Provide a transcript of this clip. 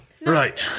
Right